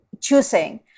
choosing